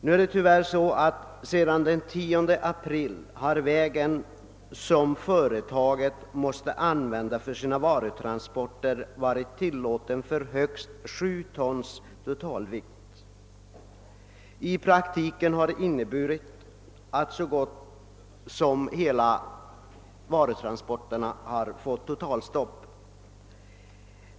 Nu är det tyvärr så, att den väg som företaget måste använda för sina varutransporter sedan den 10 april är tilllåten för högst sju tons totalvikt. I praktiken har det inneburit totalstopp för alla varutransporter till företaget.